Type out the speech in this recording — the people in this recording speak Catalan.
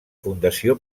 fundació